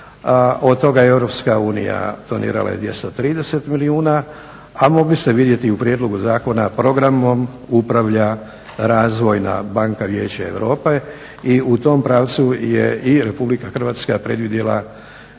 Europska unija donirala 230 milijuna, a mogli ste vidjeti u prijedlogu zakona programom upravlja Razvojna banka Vijeća Europe i u tom pravcu je i Republika Hrvatska predvidjela,